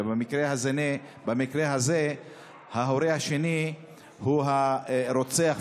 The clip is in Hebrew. ובמקרה הזה ההורה השני הוא הרוצח,